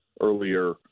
earlier